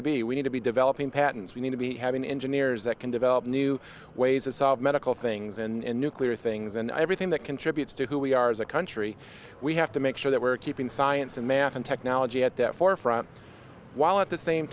to be we need to be developing patents we need to be having engineers that can develop new ways to solve medical things and nuclear things and everything that contributes to who we are as a country we have to make sure that we're keeping science and math and technology at the forefront while at the same